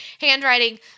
handwriting